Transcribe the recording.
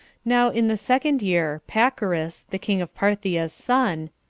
now, in the second year, pacorus, the king of parthia's son,